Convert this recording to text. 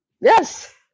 Yes